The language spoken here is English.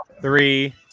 Three